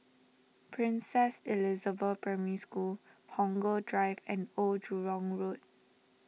Princess Elizabeth Primary School Punggol Drive and Old Jurong Road